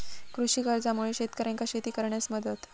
कृषी कर्जामुळा शेतकऱ्यांका शेती करण्यास मदत